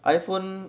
iphone